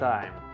Time